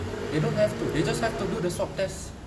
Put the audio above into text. they don't have to they just have to do the swab test